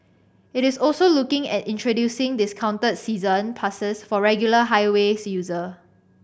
it is also looking at introducing discounted season passes for regular highways user